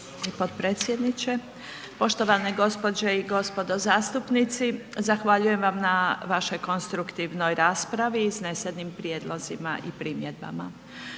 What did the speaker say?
Potpredsjedniče. Poštovane gospođe i gospodo zastupnici. Zahvaljujem vam na vašoj konstruktivnoj raspravi i iznesenim prijedlozima i primjedbama.